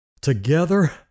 together